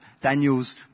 Daniel's